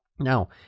Now